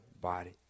body